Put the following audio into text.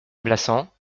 blassans